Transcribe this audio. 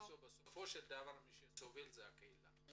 בסופו של דבר מי שסובל זו הקהילה.